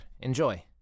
Enjoy